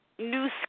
new